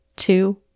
two